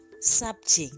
subject